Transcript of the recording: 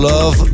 Love